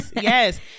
Yes